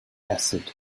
acid